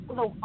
no